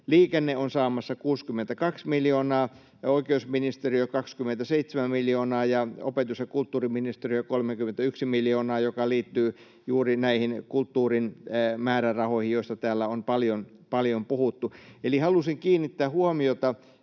Liikenne on saamassa 62 miljoonaa ja oikeusministeriö 27 miljoonaa ja opetus- ja kulttuuriministeriö 31 miljoonaa, joka liittyy juuri näihin kulttuurin määrärahoihin, joista täällä on paljon puhuttu. Eli halusin kiinnittää huomiota